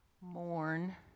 mourn